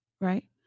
Right